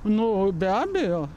nu be abejo